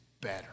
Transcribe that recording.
better